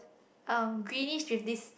um greenish with this